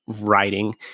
writing